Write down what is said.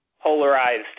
polarized